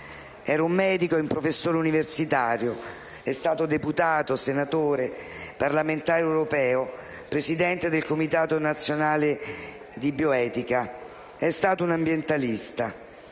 Era un medico e un professore universitario. È stato deputato, senatore, parlamentare europeo, presidente del Comitato nazionale di bioetica. È stato un ambientalista,